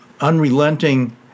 unrelenting